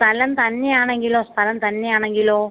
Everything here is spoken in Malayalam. സ്ഥലം തന്നെയാണെങ്കിലോ സ്ഥലം തന്നെയാണെങ്കിലോ